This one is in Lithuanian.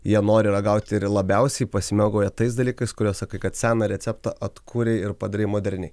jie nori ragauti ir labiausiai pasimėgauja tais dalykais kuriuos sakai kad seną receptą atkūrei ir padarei moderniai